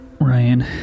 Ryan